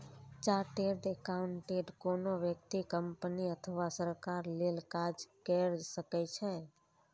chartered accountant कोनो व्यक्ति, company अथवा सरकार लेल काज कैर सकै छै